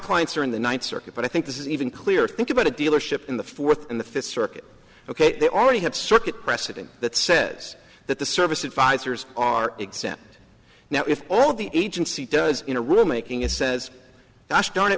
clients are in the ninth circuit but i think this is even clearer think about a dealership in the fourth and the fifth circuit ok they already have circuit precedent that says that the service advisors are exempt now if all the agency does in a room making it says gosh darn it